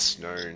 known